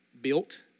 built